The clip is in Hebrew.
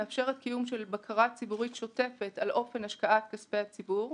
מאפשרת קיום של בקרה ציבורית שוטפת על אופן השקעת כספי הציבור,